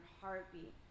heartbeat